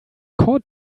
caught